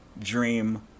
dream